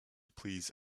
please